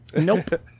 Nope